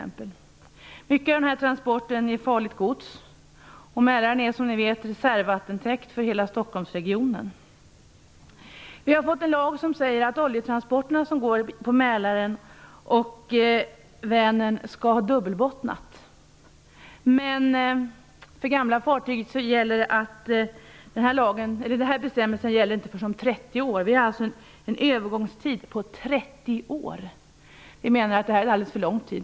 Många av transporterna innehåller farligt gods, och Mälaren är som bekant reservvattentäkt för hela Stockholmsregionen. Vi har fått en lag som säger att de oljetransportfartyg som går över Mälaren och Vänern skall ha dubbla bottnar, men för gamla fartyg gäller en övergångstid om 30 år. Vi menar att det är en alldeles för lång tid.